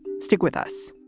stick with us